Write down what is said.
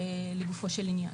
לגופו של עניין.